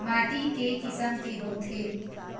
माटी के किसम के होथे?